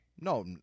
No